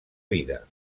vida